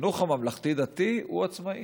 החינוך הממלכתי-דתי הוא עצמאי.